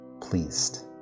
pleased